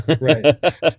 Right